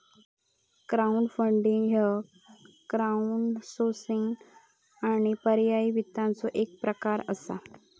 crowdfunding ह्य crowdsourcing आणि पर्यायी वित्ताचो एक प्रकार असा